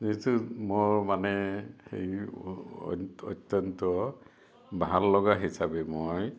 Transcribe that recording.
যিটো মোৰ মানে অত্যন্ত ভাল লগা হিচাপে মই